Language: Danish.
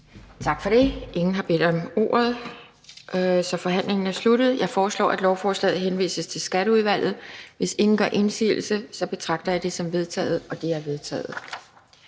Tak for det. Ingen har bedt om ordet, så forhandlingen er sluttet. Jeg foreslår, at lovforslaget henvises til Skatteudvalget. Hvis ingen gør indsigelse, betragter jeg det som vedtaget. Det er vedtaget.